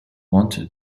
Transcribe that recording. wanted